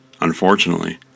unfortunately